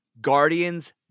Guardians